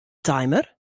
timer